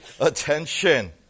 attention